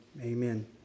Amen